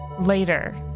later